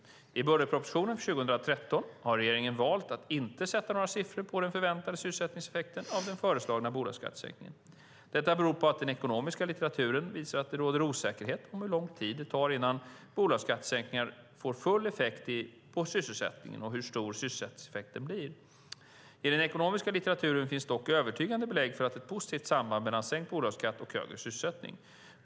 I budgetpropositionen för 2013 har regeringen valt att inte sätta några siffror på den förväntade sysselsättningseffekten av den förslagna bolagsskattesänkningen. Detta beror på att den ekonomiska litteraturen visar att det råder osäkerhet om hur lång tid det tar innan bolagsskattesänkningar får full effekt på sysselsättningen och hur stor sysselsättningseffekten blir. I den ekonomiska litteraturen finns dock övertygande belägg för ett positivt samband mellan sänkt bolagsskatt och högre sysselsättning.